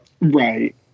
Right